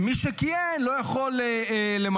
מי שכיהן, לא יכול למנות.